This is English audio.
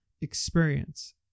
experience